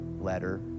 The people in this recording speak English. letter